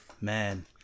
Man